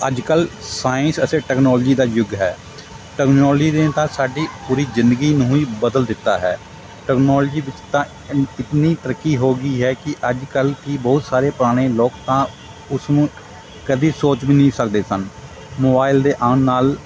ਅੱਜ ਕੱਲ੍ਹ ਸਾਇੰਸ ਅਤੇ ਟੈਕਨੋਲਜੀ ਦਾ ਯੁੱਗ ਹੈ ਟੈਕਨੋਲਜੀ ਨੇ ਤਾਂ ਸਾਡੀ ਪੂਰੀ ਜ਼ਿੰਦਗੀ ਨੂੰ ਹੀ ਬਦਲ ਦਿੱਤਾ ਹੈ ਟੈਕਨੋਲਜੀ ਵਿੱਚ ਤਾਂ ਅ ਇਤਨੀ ਤਰੱਕੀ ਹੋ ਗਈ ਹੈ ਕਿ ਅੱਜ ਕੱਲ੍ਹ ਕਿ ਬਹੁਤ ਸਾਰੇ ਪੁਰਾਣੇ ਲੋਕ ਤਾਂ ਉਸ ਨੂੰ ਕਦੀ ਸੋਚ ਵੀ ਨਹੀਂ ਸਕਦੇ ਸਨ ਮੋਬਾਇਲ ਦੇ ਆਉਣ ਨਾਲ